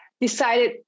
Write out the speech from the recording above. decided